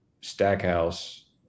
Stackhouse